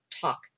talk